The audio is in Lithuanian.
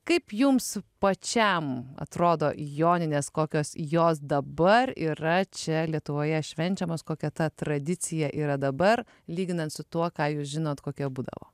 kaip jums pačiam atrodo joninės kokios jos dabar yra čia lietuvoje švenčiamos kokia ta tradicija yra dabar lyginant su tuo ką jūs žinot kokia būdavo